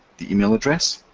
the email address,